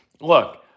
Look